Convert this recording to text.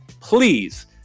please